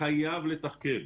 חייב לתחקר.